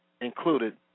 included